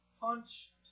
Punch